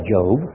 Job